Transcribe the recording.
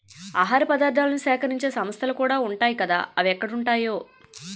ఆహార పదార్థాలను సేకరించే సంస్థలుకూడా ఉంటాయ్ కదా అవెక్కడుంటాయో